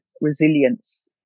resilience